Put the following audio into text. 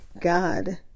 God